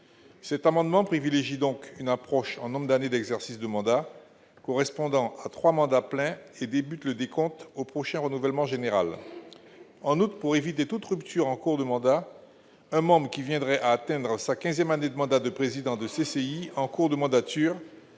Cet amendement vise donc à privilégier une approche fondée sur le nombre d'années d'exercice de mandats, correspondant à trois mandats pleins ; le décompte débuterait au prochain renouvellement général. En outre, pour éviter toute rupture en cours de mandat, un membre qui viendrait à atteindre sa quinzième année de mandat de président de CCI en cours de mandature